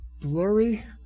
blurry